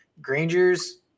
Granger's